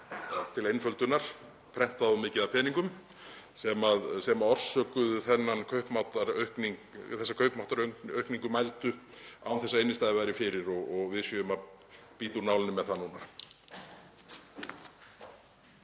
til einföldunar prentað of mikið af peningum sem orsökuðu þessa mældu kaupmáttaraukningu án þess að innstæða væri fyrir og við séum að bíta úr nálinni með það núna?